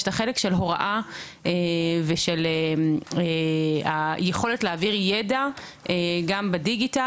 יש את החלק של הוראה ושל היכולת להעביר ידע גם בדיגיטל.